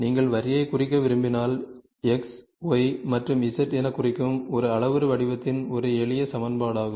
நீங்கள் வரியைக் குறிக்க விரும்பினால் X Y மற்றும் Z எனக் குறிக்கும் ஒரு அளவுரு வடிவத்தின் ஒரு எளிய சமன்பாடாகும்